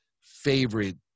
favorite